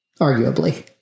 Arguably